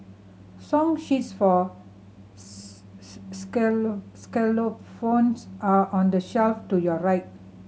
song sheets for are on the shelf to your right